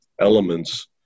elements